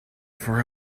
for